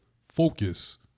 focus